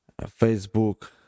Facebook